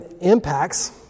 impacts